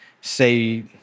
say